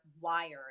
wired